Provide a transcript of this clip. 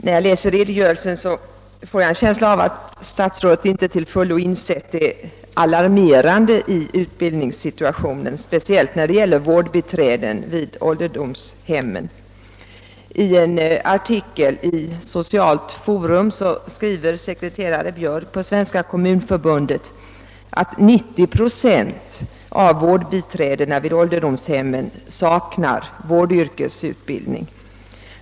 När jag läser redogörelsen får jag en känsla av att statsrådet inte till fullo insett det alarmerande i utbildningssituationen, speciellt vad gäller vårdbiträden för ålderdomshemmen. I en artikel i Socialt Forum skriver sekreterare Björk i Svenska kommunförbundet att 90 procent av vårdbiträdena vid ålderdomshemmen inte har vårdyrkesutbildning.